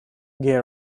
gay